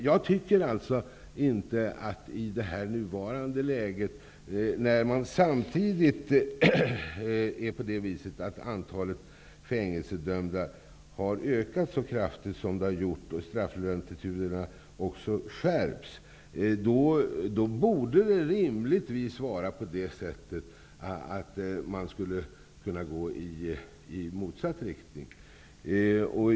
Jag tycker att man i nuvarande läge, när antalet fängelsedömda har ökat så kraftigt som det har gjort och strafflatituderna har skärpts, rimligtvis borde kunna gå i motsatt riktning.